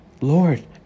Lord